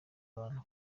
abantu